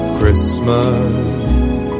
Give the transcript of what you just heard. Christmas